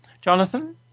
Jonathan